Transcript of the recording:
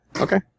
Okay